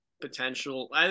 potential